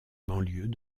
banlieues